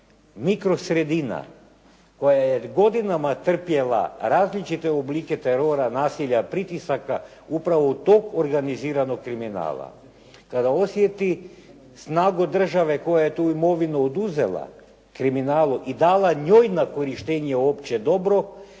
mikro sredina koja je godinama trpjela različite oblike terora, nasilja, pritisaka upravo od tog organiziranog kriminala. Kada osjeti snagu države koja je tu imovinu oduzela kriminalu i dala njoj na korištenje opće dobro,